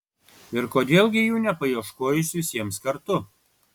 ir kodėl gi jų nepaieškojus visiems kartu